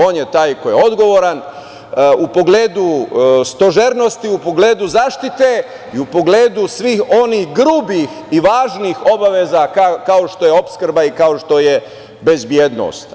On je taj koji je odgovoran u pogledu stožernosti, u pogledu zaštite i u pogledu svih onih grubih i važnih obaveza kao što je opskrba i kao što je bezbednost.